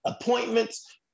appointments